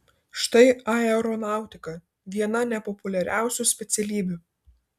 štai aeronautika viena nepopuliariausių specialybių